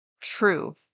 true